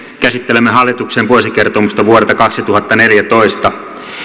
käsittelemme hallituksen vuosikertomusta vuodelta kaksituhattaneljätoista